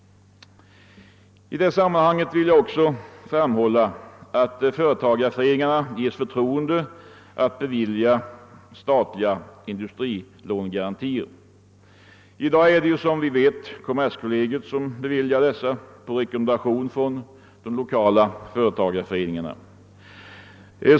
I detta sammanhang vill jag också framhålla att företagareföreningarna bör få förtroendet att bevilja statliga industrilånegarantier. I dag är det kommerskollegium som beviljar dessa lån på rekommendation av de 1okala företagareföreningarna.